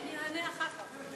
אז אני אענה אחר כך.